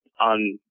on